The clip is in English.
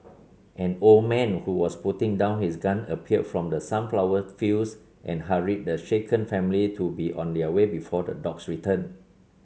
an old man who was putting down his gun appeared from the sunflower fields and hurried the shaken family to be on their way before the dogs return